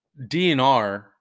DNR